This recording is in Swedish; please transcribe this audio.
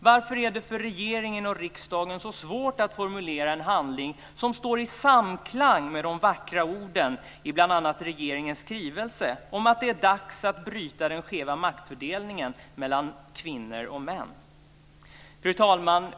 Varför är det för regeringen och riksdagen så svårt att formulera en handling som står i samklang med de vackra orden i bl.a. regeringens skrivelse om att det är dags att bryta den skeva maktfördelningen mellan kvinnor och män? Fru talman!